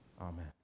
Amen